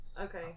Okay